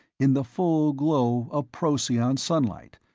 in the full glow of procyon sunlight,